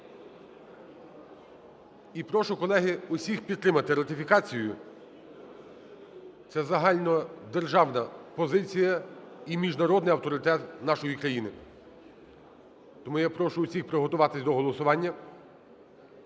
І прошу, колеги, усіх підтримати ратифікацію це загальнодержавна позиція і міжнародних авторитет нашої країни. Тому я прошу всіх приготуватись до голосування.